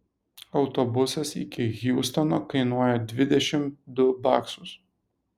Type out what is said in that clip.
autobusas iki hjustono kainuoja dvidešimt du baksus